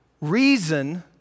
Reason